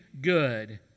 good